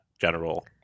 general